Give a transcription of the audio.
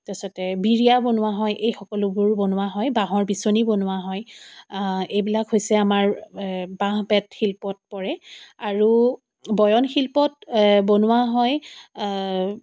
তাৰপিছতে বিড়িয়া বনোৱা হয় এইসকলোবোৰ বনোৱা হয় বাঁহৰ বিচনি বনোৱা হয় এইবিলাক হৈছে আমাৰ বাঁহ বেত শিল্পত পৰে আৰু বয়ন শিল্পত বনোৱা হয়